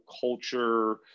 culture